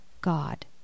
God